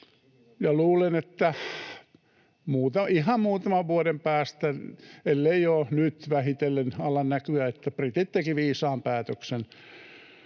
luulen, että ihan muutaman vuoden päästä alkaa näkyä, ellei jo nyt vähitellen, että britit tekivät viisaan päätöksen.